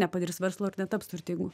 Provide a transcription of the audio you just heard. nepadaris verslo ir netaps turtingu